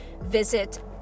Visit